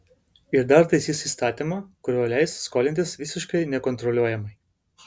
ir dar taisys įstatymą kuriuo leis skolintis visiškai nekontroliuojamai